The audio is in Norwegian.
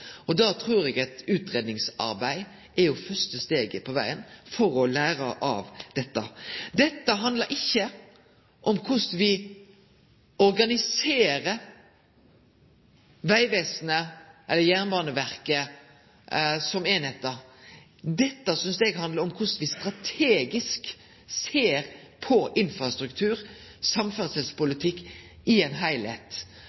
dette. Da trur eg at eit utgreiingsarbeid er det første steget på vegen for å lære av dette. Dette handlar ikkje om korleis me organiserer Vegvesenet eller Jernbaneverket som einingar. Eg synest det handlar om korleis me strategisk ser på infrastruktur